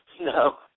no